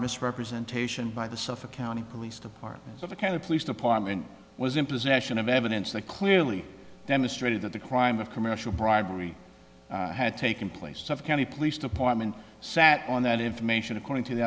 misrepresentation by the suffolk county police department of a kind of police department was in possession of evidence that clearly demonstrated that the crime of commercial bribery had taken place suffolk county police department sat on that information according to the